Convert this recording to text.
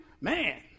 man